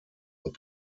und